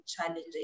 challenging